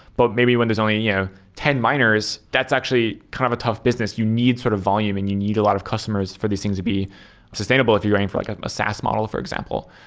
but maybe when there's only yeah ten miners, that's actually kind of a tough business. you need sort of volume and you need a lot of customers for these things to be sustainable if you're aiming for like ah a saas model, for example.